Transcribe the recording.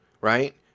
right